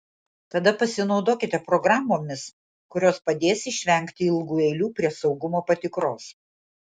tada pasinaudokite programomis kurios padės išvengti ilgų eilių prie saugumo patikros